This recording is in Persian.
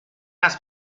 است